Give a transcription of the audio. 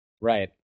Right